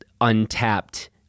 untapped